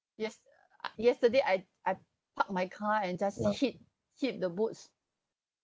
yes~ yesterday I I parked my car and just hit hit the boots